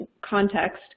context